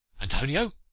antonio!